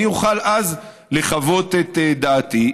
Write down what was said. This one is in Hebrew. אני אוכל אז לחוות את דעתי.